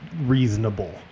reasonable